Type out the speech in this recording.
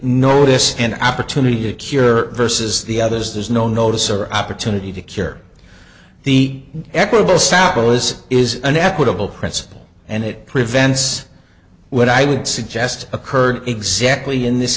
notice and opportunity to cure versus the others there's no notice or opportunity to cure the equitable salvos is an equitable principle and it prevents what i would suggest occurred exactly in this